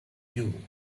you